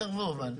למה שיסרבו אבל?